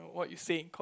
what you say in court